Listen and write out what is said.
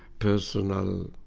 personal